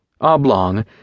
oblong